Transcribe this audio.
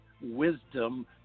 wisdom